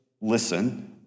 listen